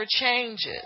changes